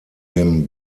dem